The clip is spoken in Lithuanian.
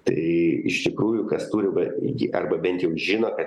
tai iš tikrųjų kas turi v iki arba bent jau žino kad